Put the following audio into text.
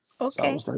Okay